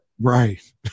Right